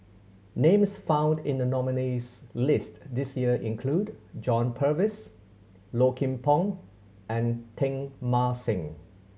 names found in the nominees' list this year include John Purvis Low Kim Pong and Teng Mah Seng